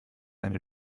eine